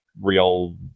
real